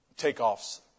takeoffs